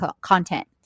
content